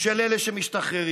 של אלה שמשתחררים.